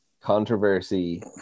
controversy